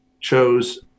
chose